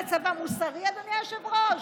זה צבא מוסרי, אדוני היושב-ראש?